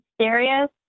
serious